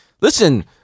listen